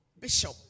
Bishop